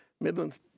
Midland's